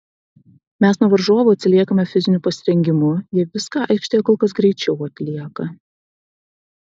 mes nuo varžovų atsiliekame fiziniu pasirengimu jie viską aikštėje kol kas greičiau atlieka